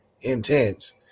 intense